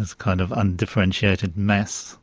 as kind of undifferentiated mass.